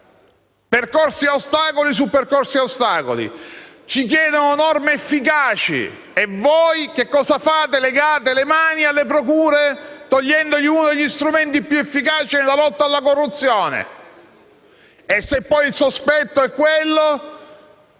percorsi a ostacoli su percorsi a ostacoli. Ci chiedono norme efficaci e voi cosa fate? Legate le mani alle procure, togliendo loro uno degli strumenti più efficaci nella lotta alla corruzione. Se poi il sospetto è di